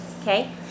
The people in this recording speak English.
Okay